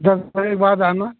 दोपहर के बाद आना